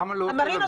למה לא תל אביב?